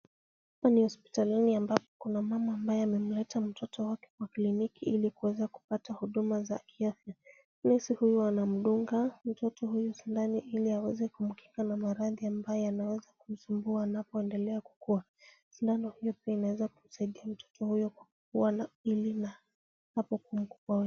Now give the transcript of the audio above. Hapa ni hospitalini ambapo kuna mama ambaye amemleta mtoto wake kwa kliniki ili kuweza kupata huduma za kiafya. Nesi huyu anamdunga mtoto huyu sindano ili aweze kumkinga na maradhi ambayo yanaweza kumsumbua anapoendelea kukua. Sindano pia inaweza kumsaidia mtoto huyu kukuwa na hili hapo kwa mkono.